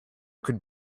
could